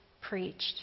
preached